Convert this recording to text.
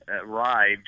arrived